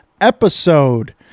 episode